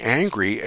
angry